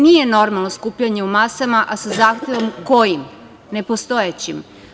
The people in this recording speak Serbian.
Nije normalno skupljanje u masama, a sa zahtevom kojim – nepostojećim.